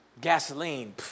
Gasoline